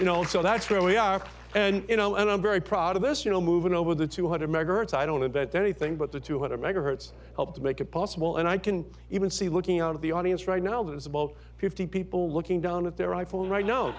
you know so that's where we are and you know and i'm very proud of this you know moving over the two hundred megahertz i don't invent anything but the two hundred megahertz help to make it possible and i can even see looking out of the audience right now that is a boat fifty people looking down at the